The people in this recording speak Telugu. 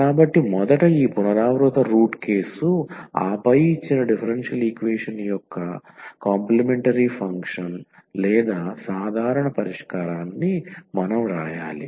కాబట్టి మొదట ఈ పునరావృత రూట్ కేసు ఆపై ఇచ్చిన డిఫరెన్షియల్ ఈక్వేషన్ యొక్క కాంప్లీమెంటరీ ఫంక్షన్ లేదా సాధారణ పరిష్కారాన్ని మనం వ్రాయాలి